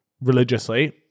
religiously